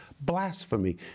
blasphemy